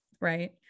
Right